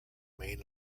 main